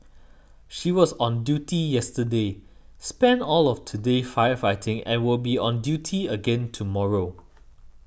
she was on duty yesterday spent all of today firefighting and will be on duty again tomorrow